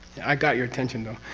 i got your attention though.